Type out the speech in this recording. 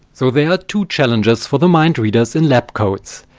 so there are two challenges for the mind readers in lab coats.